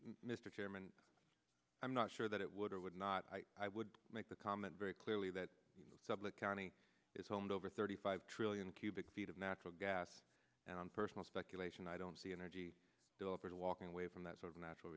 chairman i'm not sure that it would or would not i i would make the comment very clearly that doublet county is home to over thirty five trillion cubic feet of natural gas and on personal speculation i don't see energy delivered walking away from that sort of natural